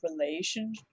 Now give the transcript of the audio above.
relation